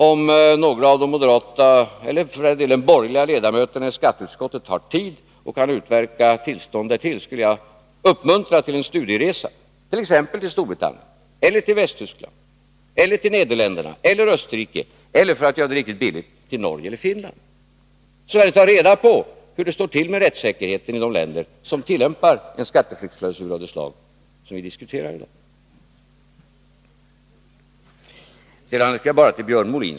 Om några av de borgerliga ledamöterna i skatteutskottet har tid och kan utverka tillstånd därtill skulle jag vilja uppmuntra till en studieresa t.ex. till Storbritannien, Västtyskland, Nederländerna, Österrike eller — för att göra det riktigt billigt — till Norge eller Finland för att ta reda på hur det står till med rättssäkerheten i de länder som tillämpar en skatteflyktsklausul av det slag som vi nu diskuterar.